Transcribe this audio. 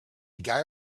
guy